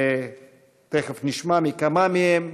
ותכף נשמע מכמה מהם.